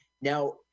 now